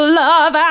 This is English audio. love